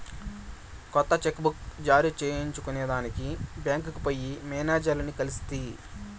కొత్త cheque book జారీ చేయించుకొనేదానికి బాంక్కి పోయి మేనేజర్లని కలిస్తి